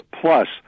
Plus